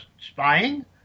spying